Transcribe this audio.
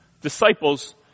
disciples